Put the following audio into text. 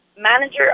manager